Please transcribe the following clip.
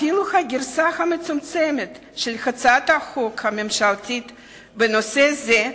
אפילו הגרסה המצומצמת של הצעת החוק הממשלתית בנושא זה,